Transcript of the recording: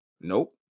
Nope